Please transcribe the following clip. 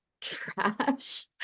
trash